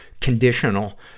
conditional